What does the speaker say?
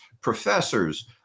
professors